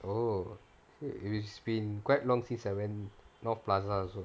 oh it's been quite long since I went north plaza also